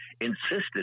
insisted